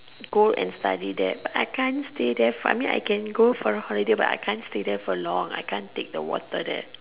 go and study there but I can't stay there for I mean I can got there for a holiday but I can't stay there for long I can't take the water there